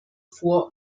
vor